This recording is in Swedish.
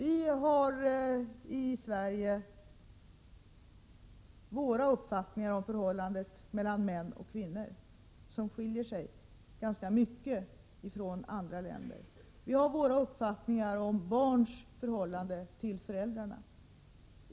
I Sverige har vi våra uppfattningar om förhållandet mellan män och kvinnor, och dessa uppfattningar skiljer sig ganska mycket från andra länders. Vi har också våra uppfattningar om barns förhållande till föräldrarna.